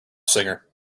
singer